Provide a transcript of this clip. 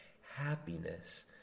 happiness